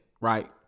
right